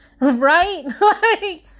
Right